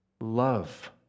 love